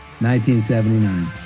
1979